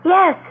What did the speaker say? Yes